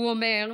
הוא אומר,